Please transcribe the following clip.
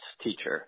teacher